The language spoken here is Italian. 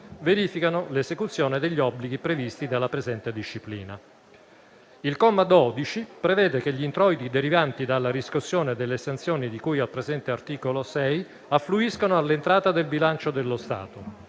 verificano l'esecuzione degli obblighi previsti dalla presente disciplina. Il comma 12 prevede che gli introiti derivanti dalla riscossione delle sanzioni di cui al presente articolo 6 affluiscano all'entrata del bilancio dello Stato;